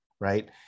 right